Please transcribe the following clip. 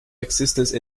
existence